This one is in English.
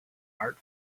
art